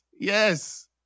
yes